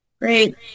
Great